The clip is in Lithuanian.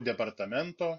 departamento